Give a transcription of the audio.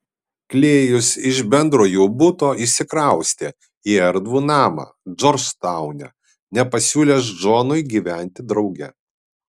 klėjus iš bendro jų buto išsikraustė į erdvų namą džordžtaune nepasiūlęs džonui gyventi drauge